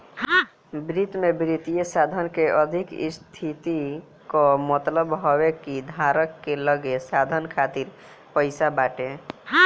वित्त में वित्तीय साधन के अधिका स्थिति कअ मतलब हवे कि धारक के लगे साधन खातिर पईसा बाटे